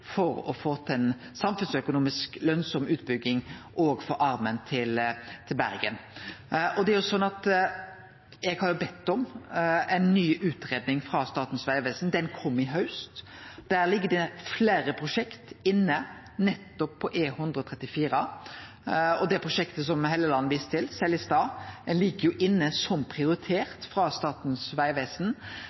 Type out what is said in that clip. for å få til ei samfunnsøkonomisk lønsam utbygging òg for armen til Bergen. Eg har bedt om ei ny utgreiing frå Statens vegvesen. Ho kom i haust. Der ligg det fleire prosjekt inne nettopp på E134. Og det prosjektet som Helleland viste til, Seljestad, ligg inne som prioritet frå Statens vegvesen.